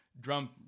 drum